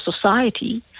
society